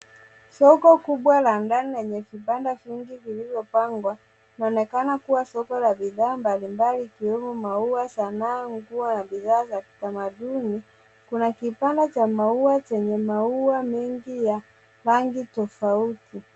Soko kubwa la ndani lenye vitanda vingi vilivyopangwa. Inaonekana kuwa soko la bidhaa mbalimbali ikiwemo maua, sanaa, nguo na bidhaa za kitamaduni. Kuna kitanda cha maua chenye maua mengi ya rangi tofauti.